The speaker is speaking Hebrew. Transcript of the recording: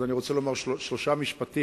אז אני רוצה לומר שלושה משפטים,